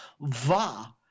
Va